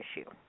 issue